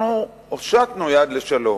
אנחנו הושטנו יד לשלום.